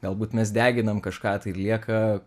galbūt mes deginam kažką tai ir lieka